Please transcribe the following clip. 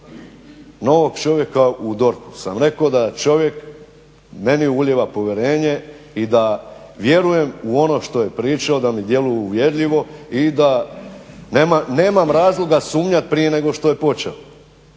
novog čovjeka u DORH-u sam rekao da čovjek meni ulijeva povjerenje i da vjerujem u ono što je pričao da mi djeluje uvjerljivo i da nemam razloga sumnjati prije nego što je počeo